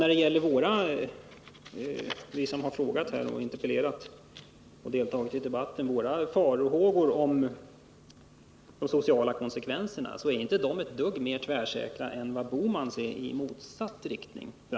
Vad beträffar de farhågor för de sociala konsekvenserna som uttalats av oss som interpellerat och frågat och deltagit i debatten vill jag säga att de inte är ett dugg mer tvärsäkra än vad Gösta Bohmans uppfattning i motsatt riktning är.